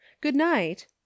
good-night